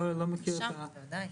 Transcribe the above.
לא מכיר את ה -- בוודאי.